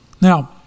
Now